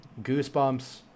Goosebumps